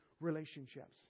relationships